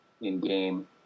in-game